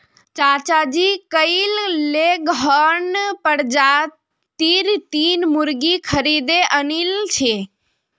चाचाजी कइल लेगहॉर्न प्रजातीर तीन मुर्गि खरीदे आनिल छ